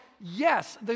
yes